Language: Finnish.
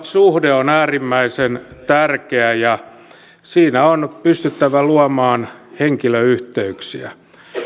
suhde on äärimmäisen tärkeä ja siinä on pystyttävä luomaan henkilöyhteyksiä